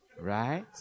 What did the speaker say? Right